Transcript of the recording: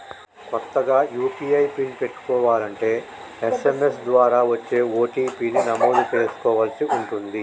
కొత్తగా UPI PIN పెట్టుకోలంటే SMS ద్వారా వచ్చే ఓ.టీ.పీ ని నమోదు చేసుకోవలసి ఉంటుంది